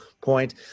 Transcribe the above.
point